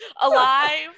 Alive